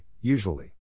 usually